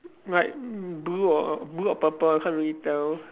light blue or or blue or purple I can't really tell